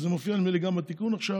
וזה מופיע, נדמה לי, גם בתיקון עכשיו,